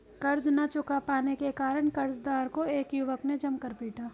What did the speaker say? कर्ज ना चुका पाने के कारण, कर्जदार को एक युवक ने जमकर पीटा